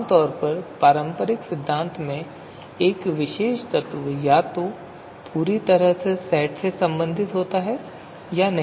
आमतौर पर पारंपरिक सिद्धांत में एक विशेष तत्व या तो पूरी तरह से सेट से संबंधित होता है या नहीं